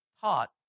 taught